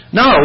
no